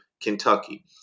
Kentucky